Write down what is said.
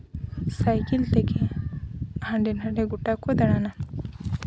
cycle ᱛᱮᱜᱮ ᱦᱟᱸᱰᱮ ᱱᱟᱰᱮ ᱜᱳᱴᱟ ᱠᱚ ᱫᱟᱬᱟᱱᱟ